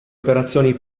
operazioni